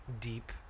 deep